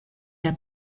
der